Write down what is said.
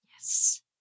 Yes